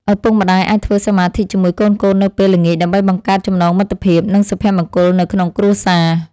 ឪពុកម្តាយអាចធ្វើសមាធិជាមួយកូនៗនៅពេលល្ងាចដើម្បីបង្កើតចំណងមិត្តភាព និង សុភមង្គលនៅក្នុងគ្រួសារ។